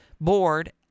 board